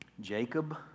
Jacob